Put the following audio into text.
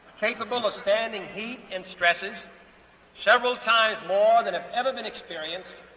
capable of standing heat and stresses several times more than have ever been experienced,